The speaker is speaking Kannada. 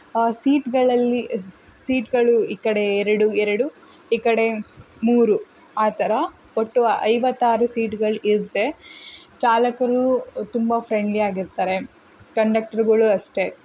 ಸೀಟ್ಗಳಲ್ಲಿ ಸೀಟ್ಗಳು ಈ ಕಡೆ ಎರಡು ಎರಡು ಈ ಕಡೆ ಮೂರು ಆ ಥರ ಒಟ್ಟು ಐವತ್ತಾರು ಸೀಟ್ಗಳು ಇರುತ್ತೆ ಚಾಲಕರು ತುಂಬ ಫ್ರೆಂಡ್ಲಿ ಆಗಿರ್ತಾರೆ ಕಂಡಕ್ಟ್ರುಗಳು ಅಷ್ಟೇ